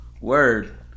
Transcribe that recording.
Word